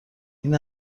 این